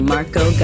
Marco